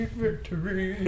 victory